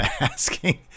asking